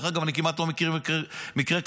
אני כמעט לא מכיר מקרה כזה,